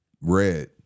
Red